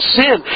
sin